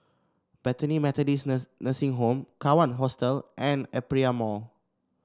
Bethany Methodist Nursing Home Kawan Hostel and Aperia Mall